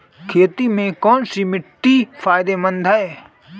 खेती में कौनसी मिट्टी फायदेमंद है?